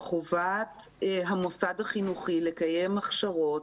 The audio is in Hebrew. חובת המוסד החינוכי לקיים הכשרות